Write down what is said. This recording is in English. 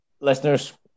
listeners